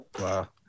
Wow